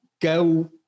go